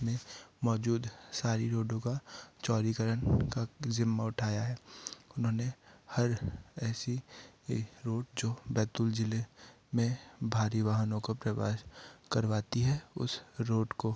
में मौजूद सारी रोडों का चौड़ीकरण का ज़िम्मा उठाया है उन्होंने हर ऐसी रोड जो बैतूल जिले में भारी वाहनों को प्रवास करवाती है उस रोड को